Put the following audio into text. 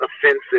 offensive